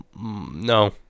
No